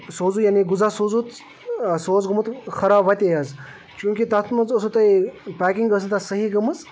سوزوٗ یعنی غذا سوٗزُتھ سُہ اوس گوٚمُت خراب وَتے حظ چوٗنٛکہ تَتھ منٛز اوسو تۄہے پیکِنٛگ ٲس نہٕ تَتھ صحیح گٔمٕژ